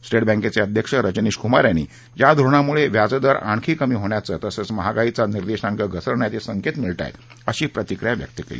state बँकेचे अध्यक्ष रजनीश कुमार यांनी या धोरणामुळे व्याजदर आणखी कमी होण्याचे तसंच महागाईचा निर्देशांक घसरण्याचे संकेत मिळत आहेत अशी प्रतिक्रिया व्यक्त केली